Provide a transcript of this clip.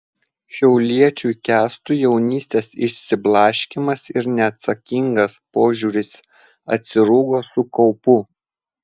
šiauliečiui kęstui jaunystės išsiblaškymas ir neatsakingas požiūris atsirūgo su kaupu